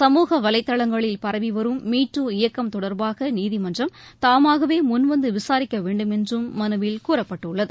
சமூக வலைதளங்களில் பரவி வரும் மீ டூ இயக்கம் தொடர்பாக நீதிமன்றம் தாமாகவே முன்வந்து விசாரிக்க வேண்டுமென்றும் மனுவில் கூறப்பட்டுள்ளது